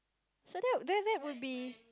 so that that that will be